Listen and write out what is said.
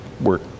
work